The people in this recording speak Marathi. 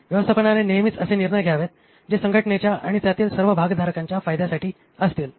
व्यवस्थापनाने नेहमीच असे निर्णय घ्यावेत जे संघटनेच्या आणि त्यातील सर्व भागधारकांच्या फायद्यासाठी असतील